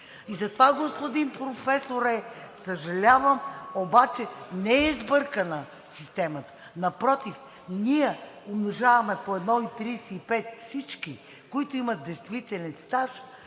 измислили. Господин Професоре, съжалявам, обаче не е сбъркана системата, напротив – ние умножаваме по 1,35 за всички, които имат действителен стаж,